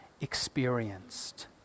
experienced